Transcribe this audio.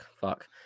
fuck